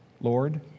Lord